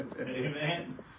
Amen